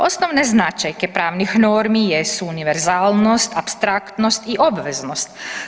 Osnovne značajke pravnih normi jesu univerzalnost, apstraktnost i obveznost.